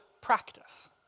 practice